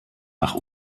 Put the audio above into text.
nach